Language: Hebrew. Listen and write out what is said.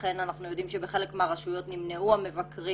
לכן אנחנו יודעים שבחלק מהרשויות נמנעו המבקרים